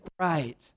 right